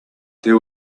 there